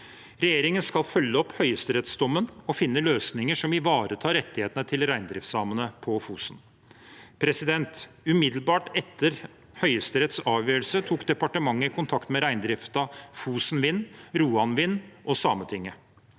Regjeringen skal følge opp høyesterettsdommen og finne løsninger som ivaretar rettighetene til reindriftssamene på Fosen. Umiddelbart etter Høyesteretts avgjørelse tok departementet kontakt med reindriften, Fosen Vind, Roan Vind og Sametinget.